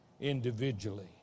individually